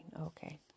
Okay